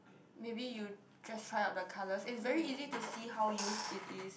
maybe you just try out the colours and it's very easy to see how used it is